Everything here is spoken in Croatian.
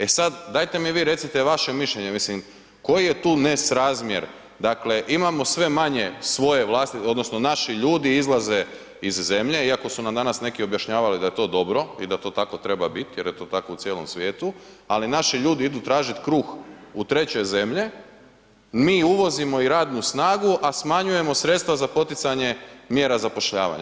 E sada, dajte mi vi recite vaše mišljenje, mislim koji je tu nesrazmjer, dakle imamo sve manje svoje vlastite, odnosno naši ljudi izlaze iz zemlje iako su nam danas neki objašnjavali da je to dobro i da to tako treba biti jer je to tako u cijelom svijetu ali naši ljudi idu tražiti kruh u treće zemlje, mi uvozimo i radnu snagu a smanjujemo sredstva za poticanje mjera zapošljavanja.